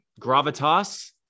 gravitas